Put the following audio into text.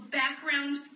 background